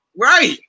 Right